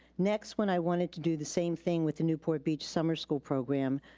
next, when i wanted to do the same thing with the newport beach summer school program,